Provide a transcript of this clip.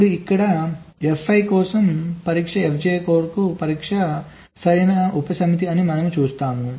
ఇప్పుడు ఇక్కడ fi కోసం పరీక్ష fj కొరకు పరీక్ష యొక్క సరైన ఉపసమితి అని మనం చూస్తాము